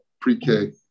pre-K